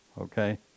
Okay